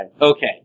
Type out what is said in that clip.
Okay